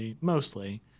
mostly